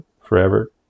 forever